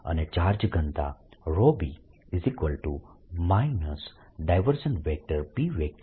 અને ચાર્જ ઘનતા b